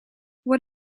what